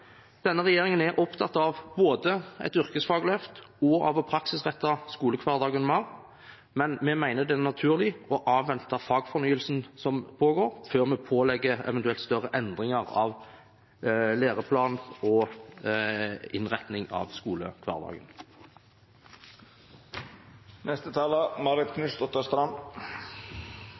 Denne regjeringen er både opptatt av et yrkesfagløft og av å praksisrette skolehverdagen mer. Men vi mener det er naturlig å avvente fagfornyelsen som pågår, før vi eventuelt pålegger større endringer av læreplaner og innretning av